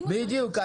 בדיוק.